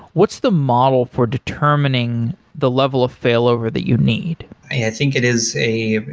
what's the model for determining the level of failover that you need? yeah. i think it is a